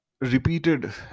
repeated